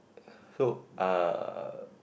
so uh